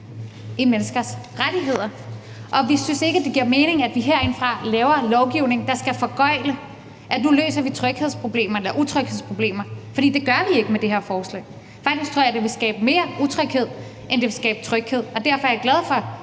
i menneskers rettigheder, og vi synes ikke, det giver mening, at vi herindefra laver en lovgivning, der skal foregøgle, at vi nu får løst utryghedsproblemer. For det gør vi ikke med det her forslag. Jeg tror faktisk, at det vil skabe mere utryghed, end det vil skabe tryghed. Derfor er jeg glad for,